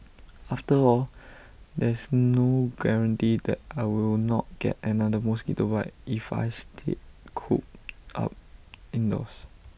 after all there's no guarantee that I will not get another mosquito bite if I stay cooped up indoors